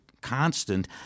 constant